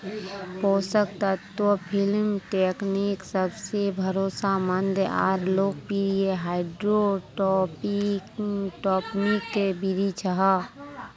पोषक तत्व film technique सबसे भरोसामंद आर लोकप्रिय हाइड्रोपोनिक बिधि छ